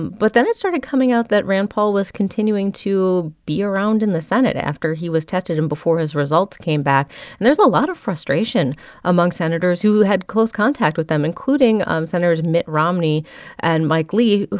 but then it started coming out that rand paul was continuing to be around in the senate after he was tested and before his results came back and there's a lot of frustration among senators who had close contact with him, including um sens. mitt romney and mike lee,